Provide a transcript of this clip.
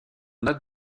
note